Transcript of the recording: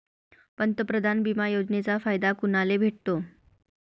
पंतप्रधान बिमा योजनेचा फायदा कुनाले भेटतो?